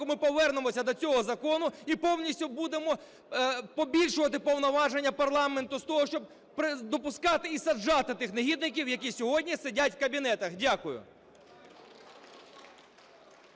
ми повернемося до цього закону і повністю будемо побільшувати повноваження парламенту з того, щоб допускати і саджати тих негідників, які сьогодні сидять в кабінетах. Дякую.